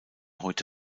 heute